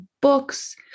books